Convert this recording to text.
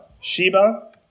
Sheba